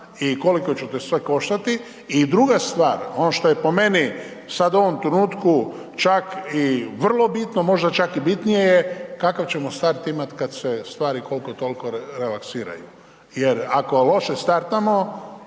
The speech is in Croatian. i koliko će to sve koštati i druga stvar ono što je po meni sad u ovom trenutku čak i vrlo bitno, možda čak i bitnije je kakav ćemo start imati kad se stvari koliko toliko relaksiraju. Jer ako loše startamo